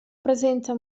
presenza